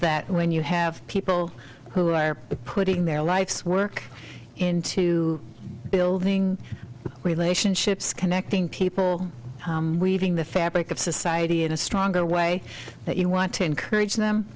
that when you have people who are putting their life's work into building relationships connecting people weaving the fabric of society in a stronger way that you want to encourage them